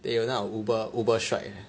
they 有那种 uber uber strike